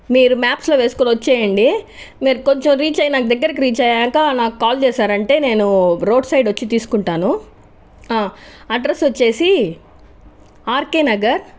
మీరు మ్యాప్స్ లో వేసుకుని వచ్చేయండి మీరు కొంచం రీచ్ అయ్యానక దగ్గరికి రీచ్ అయ్యాక నాకు కాల్ చేశారంటే నేను రోడ్ సైడ్ వచ్చి తీసుకుంటాను అడ్రస్ వచ్చేసి ఆర్కె నగర్